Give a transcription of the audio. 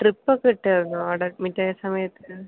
drip ഒക്കെ ഇട്ടായിരുന്നോ അവിടെ അഡ്മിറ്റ് ആയ സമയത്ത്